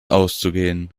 auszugehen